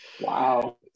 Wow